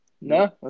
No